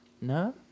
No